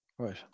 right